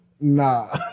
Nah